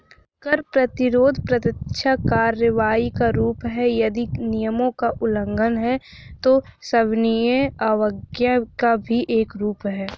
कर प्रतिरोध प्रत्यक्ष कार्रवाई का रूप है, यदि कर नियमों का उल्लंघन है, तो सविनय अवज्ञा का भी एक रूप है